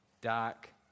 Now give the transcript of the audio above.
dark